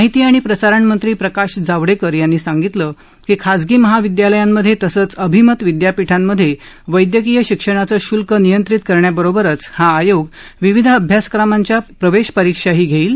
माहिती आणि प्रसारण मंत्री प्रकाश जावडेकर यांनी सांगितलं की खाजगी महाविदयालयांमधे तसंच अभिमत विदयापीठांमधे वैदयकीय शिक्षणाचं शुल्क नियंत्रित करण्याबरोबरच हा आयोग विविध अभ्यासक्रमांच्या प्रवेश परीक्षाही घेईल